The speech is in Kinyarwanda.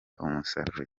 umusaruro